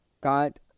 got